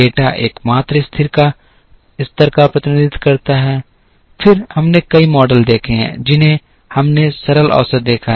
data एकमात्र स्तर का प्रतिनिधित्व करता है फिर हमने कई मॉडल देखे हैं जिन्हें हमने सरल औसत देखा है